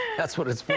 that's what it's for.